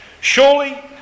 Surely